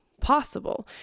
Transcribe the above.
possible